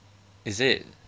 is it